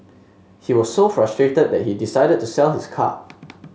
he was so frustrated that he decided to sell his car